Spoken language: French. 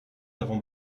avons